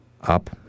up